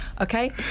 Okay